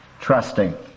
trusting